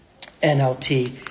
NLT